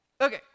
Okay